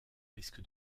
risque